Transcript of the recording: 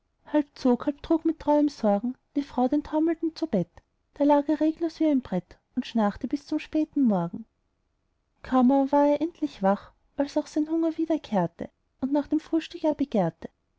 trug mit treuem sorgen die frau den taumelnden zu bett da lag er reglos wie ein brett und schnarchte bis zum späten morgen kaum aber war er endlich wach als auch sein hunger wiederkehrte und nach dem frühstück er begehrte